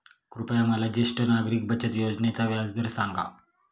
कृपया मला ज्येष्ठ नागरिक बचत योजनेचा व्याजदर सांगा